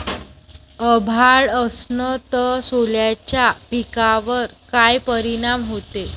अभाळ असन तं सोल्याच्या पिकावर काय परिनाम व्हते?